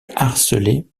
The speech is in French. harcelé